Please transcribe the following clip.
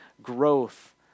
growth